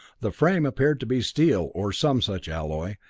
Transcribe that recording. the frame appeared to be steel, or some such alloy,